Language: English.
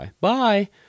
bye